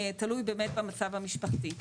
תלוי באמת במצב המשפחתי.